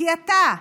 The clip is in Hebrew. כי אתה,